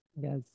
Yes